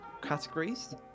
categories